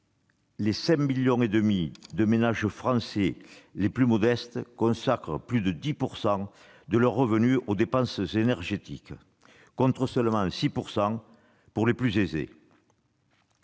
les 5,5 millions de ménages français les plus modestes consacrent plus de 10 % de leurs revenus aux dépenses énergétiques, contre seulement 6 % pour les plus aisés.